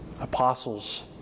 apostles